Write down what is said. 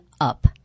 up